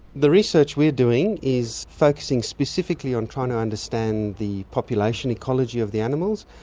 the research we're doing is focusing specifically on trying to understand the population ecology of the animals,